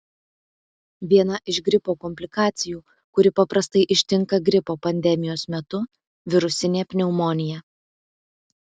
viena iš gripo komplikacijų kuri paprastai ištinka gripo pandemijos metu virusinė pneumonija